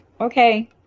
okay